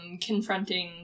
confronting